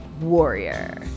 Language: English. warrior